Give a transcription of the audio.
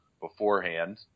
beforehand